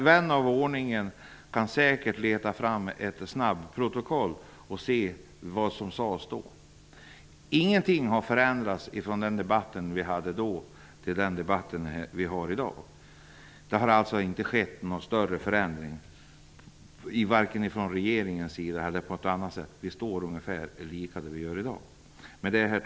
Vän av ordning kan säkert leta fram ett snabbprotokoll och se vad som sades då. Ingenting har förändrats från den debatt vi hade då till den debatt vi har i dag. Det har alltså inte skett någon större förändring vare sig från regeringens sida eller på annat sätt. Vi står ungefär på samma ställe i dag. Herr talman!